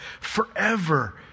forever